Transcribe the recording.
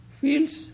feels